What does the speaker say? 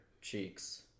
cheeks